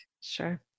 Sure